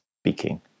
speaking